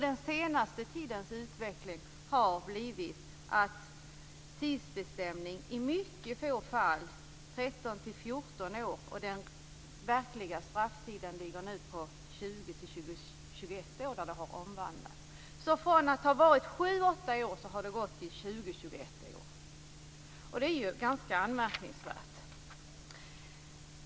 Den senaste tidens utveckling har inneburit att tidsbestämning sker i mycket få fall och då efter 13-14 år. Den verkliga strafftiden ligger nu på 20-21 Strafftiden har gått från 7-8 år till 20-21 år. Det är ganska anmärkningsvärt.